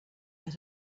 that